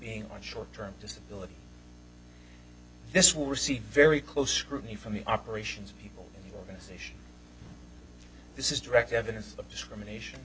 being on short term disability this will receive very close scrutiny from the operations people in the station this is direct evidence the discrimination